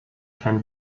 can